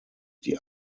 die